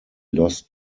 lost